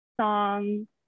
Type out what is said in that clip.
song